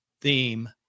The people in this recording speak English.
theme